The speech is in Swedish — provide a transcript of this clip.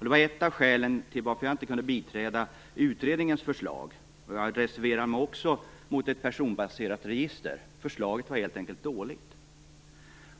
Det var ett av skälen till att jag inte kunde biträda utredningens förslag. Jag reserverade mig också mot ett personbaserat register. Förslaget var helt enkelt dåligt.